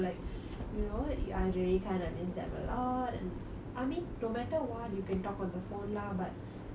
you know I really kind of miss them a lot and I mean no matter what you can talk on the phone lah but you can